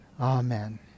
Amen